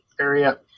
area